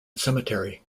cemetery